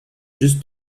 just